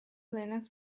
linux